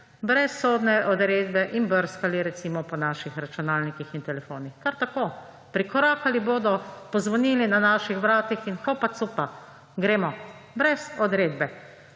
brez sodne odredbe in brskali po naših računalnikih in telefonih. Kar tako, prikorakali bodo, pozvonili na naših vratih in hopa-cupa, gremo. Brez odredbe.